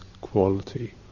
quality